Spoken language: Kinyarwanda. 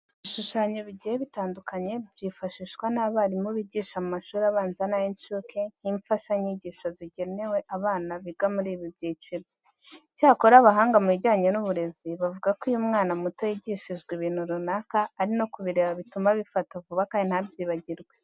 Ibishushanyo bigiye bitandukanye byifashishwa n'abarimu bigisha mu mashuri abanza n'ay'incuke nk'imfashanyigisho zigenewe aba bana biga muri ibi byiciro. Icyakora abahanga mu bijyanya n'uburezi bavuga ko iyo umwana muto yigishijwe ibintu runaka ari no kubireba bituma abifata vuba kandi ntabyibagirwe.